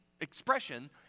expression